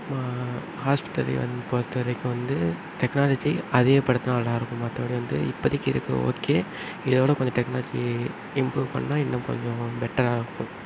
மா ஹாஸ்பத்தரி வந் பொறுத்த வரைக்கும் வந்து டெக்னாலஜி அதிகப்படுத்துனால் நல்லாயிருக்கும் மற்றபடி வந்து இப்போதிக்கி இருக்குது ஓகே இதோடய கொஞ்சம் டெக்னாலஜி இம்ப்ரூவ் பண்ணால் இன்னும் கொஞ்சம் பெட்டராக இருக்கும்